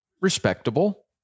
respectable